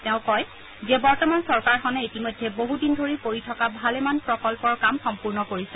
তেওঁ কয় যে বৰ্তমান চৰকাৰখনে ইতিমধ্যে বহুদিন ধৰি পৰি থকা ভালেমান প্ৰকল্পৰ কাম সম্পূৰ্ণ কৰিছে